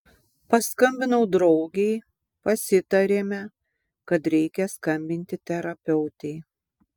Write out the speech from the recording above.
paskambinau draugei pasitarėme kad reikia skambinti terapeutei